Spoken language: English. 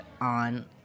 on